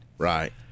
right